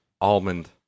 Almond